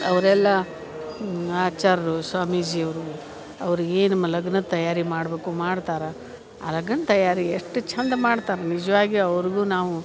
ಅವರೆಲ್ಲ ಆಚಾರ್ಯರು ಸ್ವಾಮೀಜಿ ಅವರು ಅವ್ರ್ಗೆ ಏನು ಮ ಲಗ್ನದ ತಯಾರಿ ಮಾಡ್ಬೇಕು ಮಾಡ್ತಾರೆ ಆ ಲಗನ ತಯಾರಿ ಎಷ್ಟು ಚಂದ ಮಾಡ್ತಾರೆ ನಿಜವಾಗಿ ಅವ್ರಿಗೂ ನಾವು